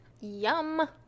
yum